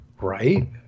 Right